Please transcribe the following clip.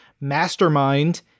Mastermind